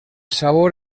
sabor